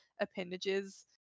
appendages